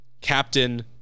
captain